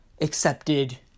accepted